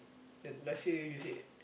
that last year you said